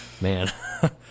man